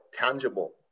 tangible